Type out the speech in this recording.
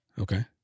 Okay